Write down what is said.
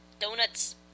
donuts